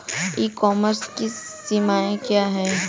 ई commerce की सीमाएं क्या हैं?